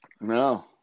No